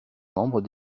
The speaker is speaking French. membres